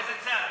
לאיזה צד?